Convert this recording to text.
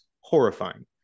horrifying